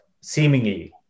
seemingly